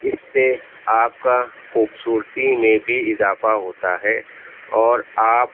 اس سے آپ کا خوبصورتی میں بھی اضافہ ہوتا ہے اور آپ